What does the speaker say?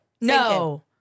No